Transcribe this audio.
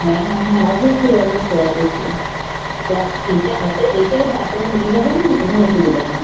হ্যাঁ হ্যাঁ অবশ্যই অবশ্যই অবশ্যই সে আপনি এসে হাতে দেখে তারপরে নিয়ে যাবেন কোনো অসুবিধা নেই